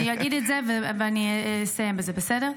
אגיד את זה ואסיים בזה, בסדר?